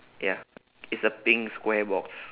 ya is a pink square box